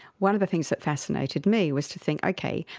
one of the things that fascinated me was to think, okay,